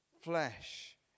flesh